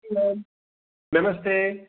नमस्ते